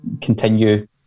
continue